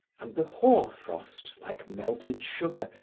and the hoar-frost, like melted sugar,